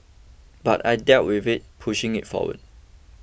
but I deal with it pushing it forward